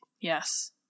Yes